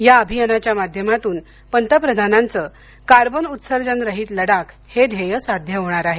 या अभियानाच्या माध्यमातून पंतप्रधानांचं कार्बन उत्सर्जन रहित लदाख हे ध्येय साध्य होणार आहे